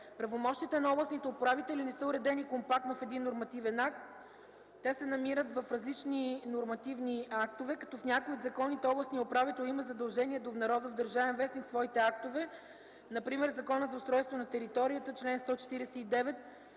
Правомощията на областните управители са уредени компактно в един нормативен акт. Те се намират в различни нормативни актове, като в някои от законите областният управител има задължение да обнародва в „Държавен вестник” своите актове, например Закона за устройство на територията – чл. 149,